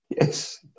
Yes